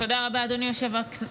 תודה רבה, אדוני היושב-ראש.